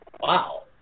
wow